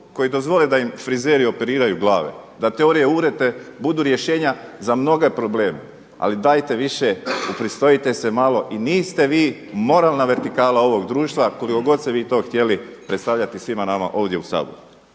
koji dozvole da im frizeri operiraju glave? Da teorije urote budu rješenja za mnoge probleme? Ali dajte više upristojite se malo i niste vi moralna vertikala ovoga društva koliko god se vi to htjeli predstavljati svima nama ovdje u Saboru.